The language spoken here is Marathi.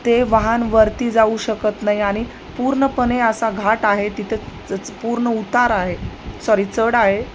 ते वाहन वरती जाऊ शकत नाही आणि पूर्णपणे असा घाट आहे तिथं चच पूर्ण उतार आहे सॉरी चढ आहे